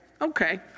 Okay